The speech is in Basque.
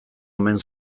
omen